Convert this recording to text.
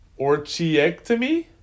Orchiectomy